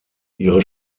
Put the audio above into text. ihre